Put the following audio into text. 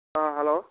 ꯑꯥ hello